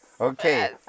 Okay